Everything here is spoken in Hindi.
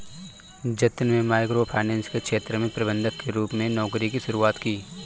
जतिन में माइक्रो फाइनेंस के क्षेत्र में प्रबंधक के रूप में नौकरी की शुरुआत की